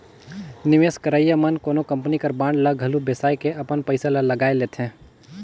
निवेस करइया मन कोनो कंपनी कर बांड ल घलो बेसाए के अपन पइसा ल लगाए लेथे